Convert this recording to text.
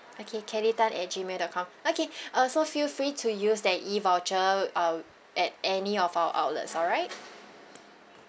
okay kelly tan at gmail dot com okay uh so feel free to use that E voucher err at any of our outlets alright